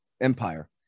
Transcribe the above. empire